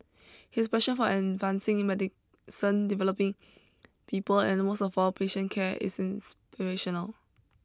his passion for advancing medicine developing people and most of all patient care is inspirational